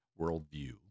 worldview